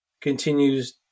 continues